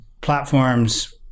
platforms